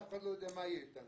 אף אחד לא יודע מה יהיה איתה.